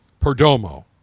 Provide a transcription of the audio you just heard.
Perdomo